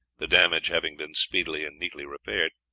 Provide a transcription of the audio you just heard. the damage having been speedily and neatly repaired.